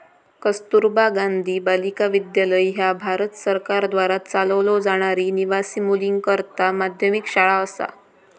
कस्तुरबा गांधी बालिका विद्यालय ह्या भारत सरकारद्वारा चालवलो जाणारी निवासी मुलींकरता माध्यमिक शाळा असा